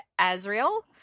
Azrael